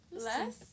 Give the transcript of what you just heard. less